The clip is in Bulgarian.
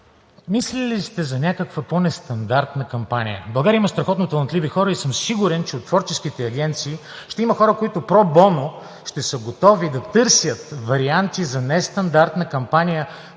мислили ли сте за някаква по нестандартна кампания? В България има страхотно талантливи хора и съм сигурен, че от творческите агенции ще има хора, които pro bono ще са готови да търсят варианти за нестандартна кампания,